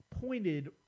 pointed